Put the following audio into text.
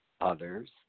others